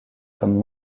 comme